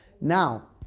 Now